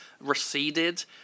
receded